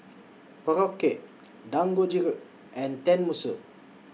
Korokke Dangojiru and Tenmusu